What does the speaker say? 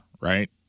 right